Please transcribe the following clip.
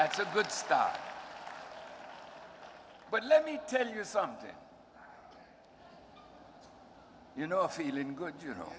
that's a good start but let me tell you something you know feeling good you know